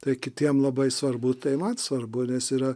tai kitiem labai svarbu tai man svarbu nes yra